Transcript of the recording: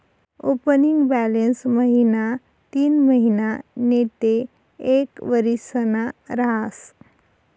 opening balance महिना तीनमहिना नैते एक वरीसना रहास